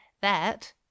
That